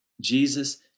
Jesus